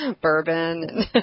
bourbon